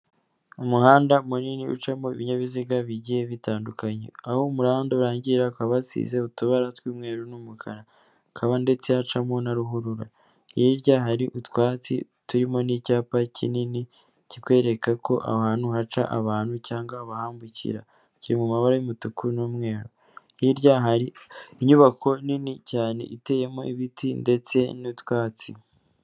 Umuhanda munini ucamo ibinyabiziga bigiye bitandukanye, aho umuhanda urangirira hakaba hasize utubara tw'umweru n'umukara, hakaba ndetse hacamo na ruhurura, hirya hari utwatsi turimo n'icyapa kinini kikwereka ko aho hantu haca abantu cyangwa bahambukira, kiri mu mababara y'umutuku n'umweru, hirya hari inyubako nini cyane iteyemo ibiti ndetse n'utwatsi.